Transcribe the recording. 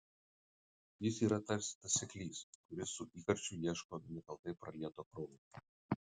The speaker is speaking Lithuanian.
jis yra tarsi tas seklys kuris su įkarščiu ieško nekaltai pralieto kraujo